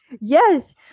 Yes